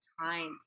times